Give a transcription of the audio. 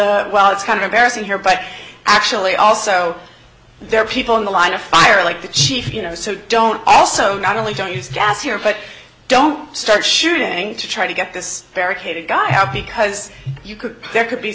well it's kind of embarrassing here but actually also there are people in the line of fire like the chief you know so don't also not only don't use gas here but don't start shooting to try to get this barricaded guy out because you could there could be